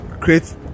create